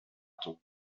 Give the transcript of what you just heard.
tombe